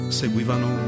seguivano